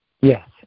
Yes